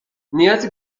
نیازی